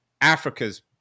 Africa's